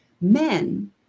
Men